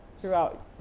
throughout